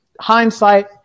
hindsight